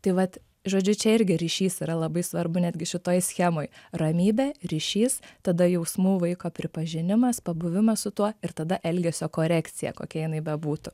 tai vat žodžiu čia irgi ryšys yra labai svarbu netgi šitoj schemoj ramybė ryšys tada jausmų vaiko pripažinimas pabuvimas su tuo ir tada elgesio korekcija kokia jinai bebūtų